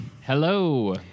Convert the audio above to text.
Hello